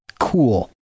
Cool